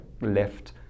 left